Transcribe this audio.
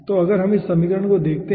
तो अगर हम इस समीकरण को देखते हैं